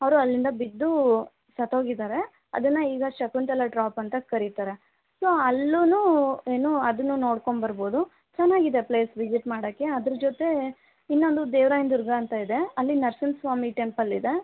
ಅವರು ಅಲ್ಲಿಂದ ಬಿದ್ದು ಸತ್ತೋಗಿದ್ದಾರೆ ಅದನ್ನು ಈಗ ಶಕುಂತಲಾ ಡ್ರಾಪ್ ಅಂತ ಕರಿತಾರೆ ಸೊ ಅಲ್ಲು ಏನು ಅದನ್ನೂ ನೋಡ್ಕೊಂಬರ್ಬೋದು ಚೆನ್ನಾಗಿದೆ ಪ್ಲೇಸ್ ವಿಸಿಟ್ ಮಾಡೋಕ್ಕೆ ಅದರ ಜೊತೆ ಇನ್ನೊಂದು ದೇವರಾಯನ ದುರ್ಗ ಅಂತ ಇದೆ ಅಲ್ಲಿ ನರಸಿಂಹ ಸ್ವಾಮಿ ಟೆಂಪಲ್ ಇದೆ